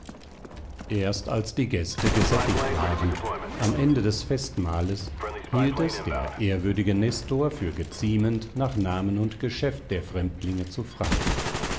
erst als die gäste gesättigt waren am ende des festmahles hielt es der ehrwürdige nestor für geziemend nach namen und geschäft der fremdlinge zu fragen